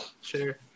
Sure